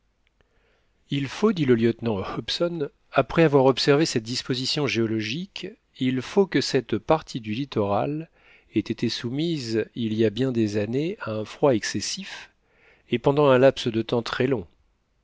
il faut dit le lieutenant hobson après avoir observé cette disposition géologique il faut que cette partie du littoral ait été soumise il y a bien des années à un froid excessif et pendant un laps de temps très long